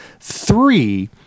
three